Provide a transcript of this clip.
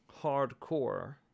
hardcore